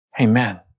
Amen